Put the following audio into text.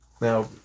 Now